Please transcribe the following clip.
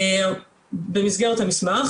במסגרת המסמך,